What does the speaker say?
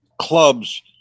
clubs